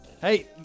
Hey